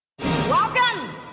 welcome